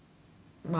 马上的